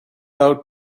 out